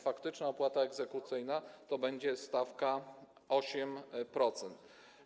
Faktyczna opłata egzekucyjna to będzie stawka 8%.